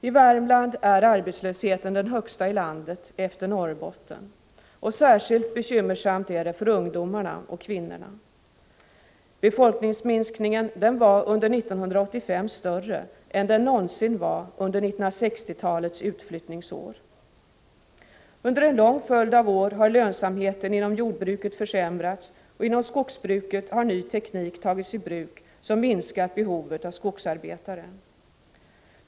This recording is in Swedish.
I Värmland är arbetslösheten den högsta i landet efter Norrbotten. Särskilt bekymmersamt är det för ungdomarna och kvinnorna. Befolkningsminskningen var under 1985 större än den någonsin var under 1960-talets utflyttningsår. Under en lång följd av år har lönsamheten inom jordbruket försämrats, och inom skogsbruket har ny teknik tagits i bruk som minskat behovet av skogsarbetare.